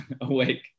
awake